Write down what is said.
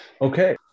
Okay